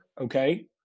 Okay